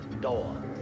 Door